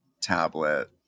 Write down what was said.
tablet